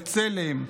בצלם,